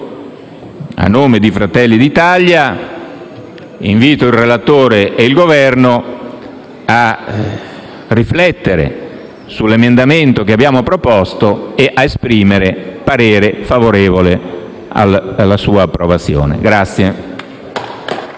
a nome di Fratelli d'Italia, il relatore e il Governo a riflettere sull'emendamento che abbiamo proposto ed esprimere parere favorevole alla sua approvazione.